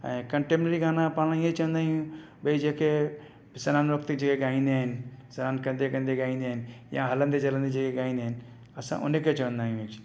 ऐं कंटेम्परेरी गाना पाण ईअं चवंदा आहियूं बई जेके सनानु वक़्तु जीअं ॻाईंदा आहिनि सनानु कंदे कंदे ॻाईंदा आहिनि या हलंदे चलंदे जीअं ॻाईंदा आहिनि असां उन के चवंदा आहियूं एक्चुअली